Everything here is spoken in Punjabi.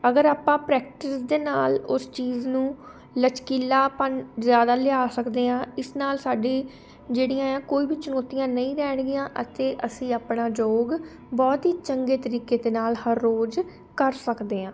ਅਗਰ ਆਪਾਂ ਪ੍ਰੈਕਟਿਸ ਦੇ ਨਾਲ ਉਸ ਚੀਜ਼ ਨੂੰ ਲਚਕੀਲਾਪਨ ਜ਼ਿਆਦਾ ਲਿਆ ਸਕਦੇ ਹਾਂ ਇਸ ਨਾਲ ਸਾਡੀ ਜਿਹੜੀਆਂ ਹੈ ਕੋਈ ਵੀ ਚੁਣੌਤੀਆਂ ਨਹੀਂ ਰਹਿਣਗੀਆਂ ਅਤੇ ਅਸੀਂ ਆਪਣਾ ਯੋਗ ਬਹੁਤ ਹੀ ਚੰਗੇ ਤਰੀਕੇ ਦੇ ਨਾਲ ਹਰ ਰੋਜ਼ ਕਰ ਸਕਦੇ ਹਾਂ